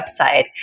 website